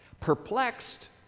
perplexed